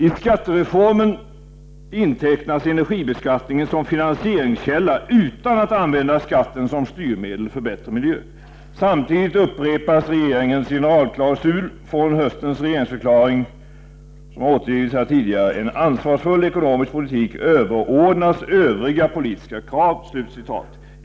I skattereformen intecknas energibeskattning som finansieringskälla utan att skatten används som styrmedel för bättre miljö. Samtidigt upprepas regeringens ”generalklausul” från höstens regeringsförklaring: ”-—— en ansvarsfull ekonomisk politik överordnas övriga politiska krav”.